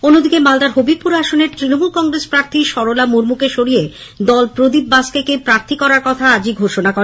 অন্যদিকে মালদার হবিবপুর আসনের তৃণমূল কংগ্রেস প্রার্থী সরলা মুর্মূকে সরিয়ে দল প্রদীপ বাস্কেকে প্রার্থী করার কথা আজই ঘোষণা করে